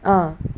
uh